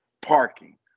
parking